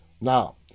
Now